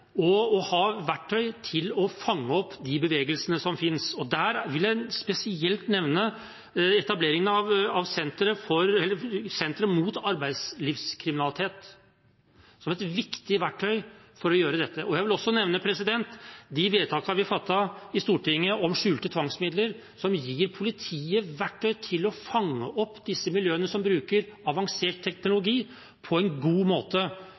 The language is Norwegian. og ha verktøy til å fange opp de bevegelsene som finnes. Der vil jeg spesielt nevne etableringen av senter mot arbeidslivskriminalitet som et viktig verktøy for å gjøre dette. Jeg vil også nevne de vedtakene vi fattet i Stortinget om skjulte tvangsmidler, som gir politiet verktøy til å fange opp disse miljøene, som bruker avansert teknologi, på en god måte,